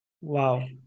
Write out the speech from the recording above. Wow